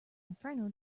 inferno